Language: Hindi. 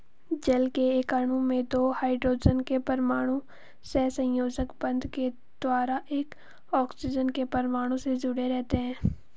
जल के एक अणु में दो हाइड्रोजन के परमाणु सहसंयोजक बंध के द्वारा एक ऑक्सीजन के परमाणु से जुडे़ रहते हैं